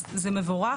אז זה מבורך.